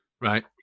Right